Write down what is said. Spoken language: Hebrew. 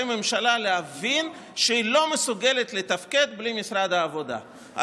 הממשלה להבין שהיא לא מסוגלת לתפקד בלי משרד העבודה.